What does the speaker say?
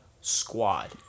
squad